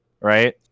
right